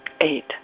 Eight